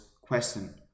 question